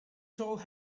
told